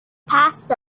passed